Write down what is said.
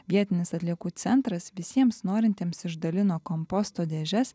vietinis atliekų centras visiems norintiems išdalino komposto dėžes